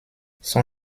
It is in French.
son